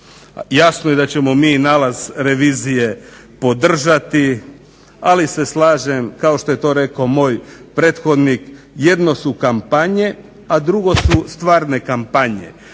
jasno je da ćemo mi nalaz revizije podržati, ali se slažem kao što je to rekao moj prethodnik jedno su kampanje, a drugo su stvarne kampanje.